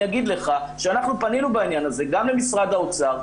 אני אגיד לך שאנחנו פנינו בעניין הזה גם למשרד האוצר,